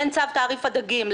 בין צו תעריף הדגים,